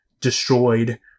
destroyed